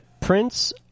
prince